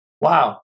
Wow